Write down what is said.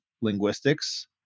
linguistics